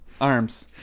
Arms